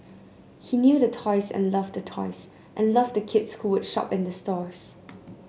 he knew the toys and loved the toys and loved the kids who would shop in the stores